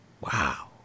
Wow